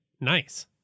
Nice